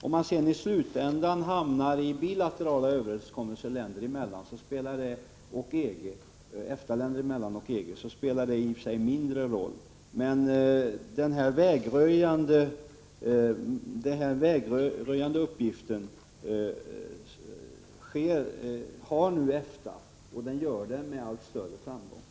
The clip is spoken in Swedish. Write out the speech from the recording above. Om man sedan i slutändan hamnar på bilaterala överenskommelser mellan EFTA-länder och EG spelar det mindre roll, men EFTA har nu denna vägröjande uppgift, och EFTA utövar denna med allt större framgång.